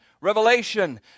revelation